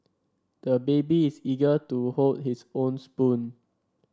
the baby is eager to hold his own spoon